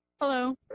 Hello